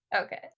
Okay